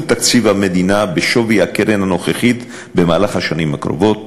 תקציב המדינה בשווי הקרן הנוכחית במהלך השנים הקרובות,